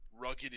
rugged